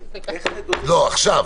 לא, עכשיו.